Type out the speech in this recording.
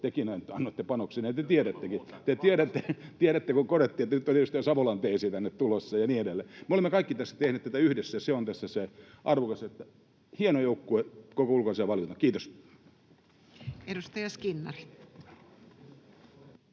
Ilman muuta, ja vahvasti!] — te tiedätte, kun korjattiin, että nyt on edustaja Savolan teesi tänne tulossa ja niin edelleen. Me olemme kaikki tässä tehneet tätä yhdessä. Se on tässä se arvokas asia. Hieno joukkue, koko ulkoasiainvaliokunta. — Kiitos. [Speech